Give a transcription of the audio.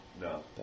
No